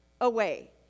away